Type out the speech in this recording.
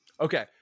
Okay